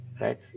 Right